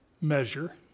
measure